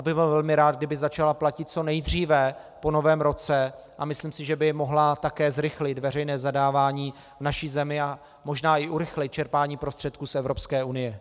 Byl bych velmi rád, kdyby začala platit co nejdříve po Novém roce, a myslím si, že by mohla také zrychlit veřejné zadávání v naší zemi a možná i urychlit čerpání prostředků z Evropské unie.